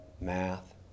math